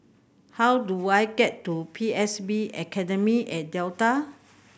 how do I get to P S B Academy at Delta